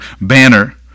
banner